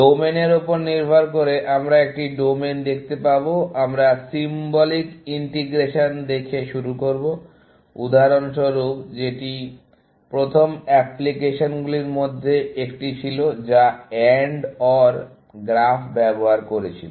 domain এর উপর নির্ভর করে আমরা একটি ডোমেইন দেখতে পাব আমরা সিম্বলিক ইন্টিগ্রেশন দেখে শুরু করব উদাহরণস্বরূপ যেটি প্রথম অ্যাপ্লিকেশনগুলির মধ্যে একটি ছিল যা AND OR গ্রাফ ব্যবহার করেছিল